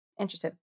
interested